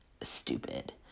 stupid